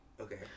Okay